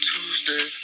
Tuesday